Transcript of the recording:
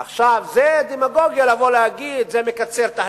עכשיו, זו דמגוגיה לבוא ולהגיד: זה מקצר תהליכים,